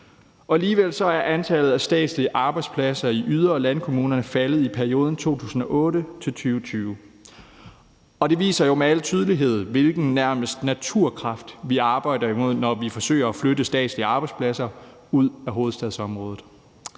Alligevel er antallet af statslige arbejdspladser i yder- og landkommunerne faldet i perioden 2008-2020, og det viser jo med al tydelighed, hvilken nærmest naturkraft, vi arbejder imod, når vi forsøger at flytte statslige arbejdspladser ud af hovedstadsområdet.